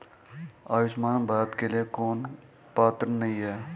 आयुष्मान भारत के लिए कौन पात्र नहीं है?